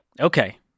Okay